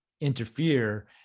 interfere